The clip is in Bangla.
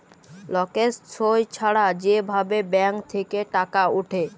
লকের সই ছাড়া যে ভাবে ব্যাঙ্ক থেক্যে টাকা উঠে